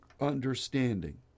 understanding